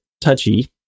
touchy